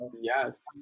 Yes